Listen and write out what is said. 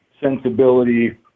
sensibility